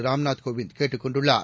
ராம்நாத் கோவிந்த் கேட்டுக் கொண்டுள்ளார்